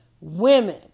Women